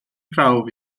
prawf